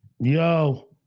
Yo